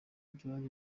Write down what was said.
byari